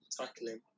tackling